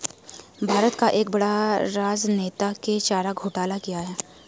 भारत का एक बड़ा राजनेता ने चारा घोटाला किया